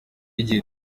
igihe